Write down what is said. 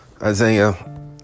Isaiah